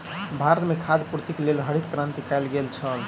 भारत में खाद्य पूर्तिक लेल हरित क्रांति कयल गेल छल